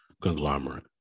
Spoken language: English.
conglomerate